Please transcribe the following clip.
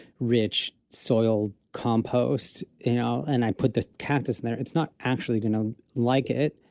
rich soil compost, you know, and i put the cactus in there, it's not actually going to like it.